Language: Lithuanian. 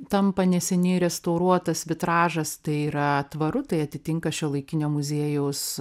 tampa neseniai restauruotas vitražas tai yra tvaru tai atitinka šiuolaikinio muziejaus